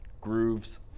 grooves